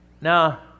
Now